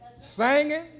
Singing